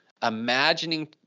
imagining